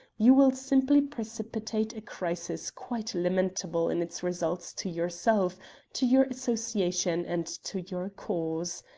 you will simply precipitate a crisis quite lamentable in its results to yourself to your association, and to your cause.